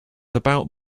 about